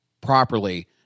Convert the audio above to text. properly